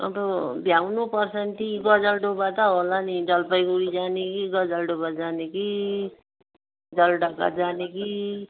अब भ्याउनुपर्छ नि ती गजलडुबा त होला नि जलपाइगुडी जाने कि गजलडुबा जाने कि जलढका जाने कि